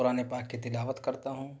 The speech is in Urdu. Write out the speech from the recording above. قرآن پاک کی تلاوت کرتا ہوں